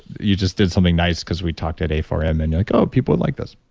you just did something nice because we talked at a four m and like, oh, people would like this.